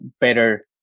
better